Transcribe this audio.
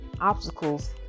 obstacles